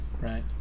right